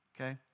Okay